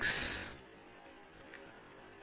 பேராசிரியர் பிரதாப் ஹரிதாஸ் சரி